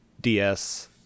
ds